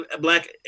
black